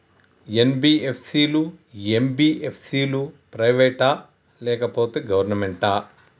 NBFC లు, MBFC లు private ఆ లేకపోతే గవర్నమెంటా?